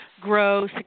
grow